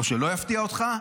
או שלא יפתיע אותך,